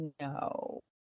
no